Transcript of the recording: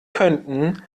könnten